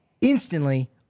instantly